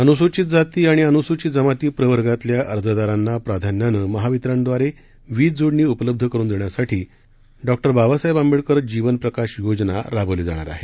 अनुसूचित जाती आणि अनुसूचित जमाती प्रवर्गातल्या अर्जदारांना प्राधान्यानं महवितरणद्वारे वीज जोडणी उपलब्ध करुन देण्यासाठी डॉ बाबासाहेब आंबेडकर जीवनप्रकाश योजना राबवली जाणार आहे